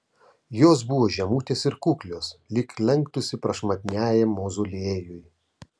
jos buvo žemutės ir kuklios lyg lenktųsi prašmatniajam mauzoliejui